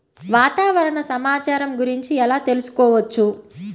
వాతావరణ సమాచారము గురించి ఎలా తెలుకుసుకోవచ్చు?